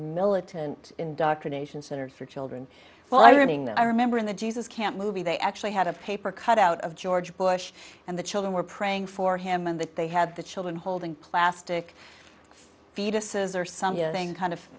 militant indoctrination centers for children well i mean i remember in the jesus camp movie they actually had a paper cut out of george bush and the children were praying for him and that they had the children holding plastic fetuses or some kind of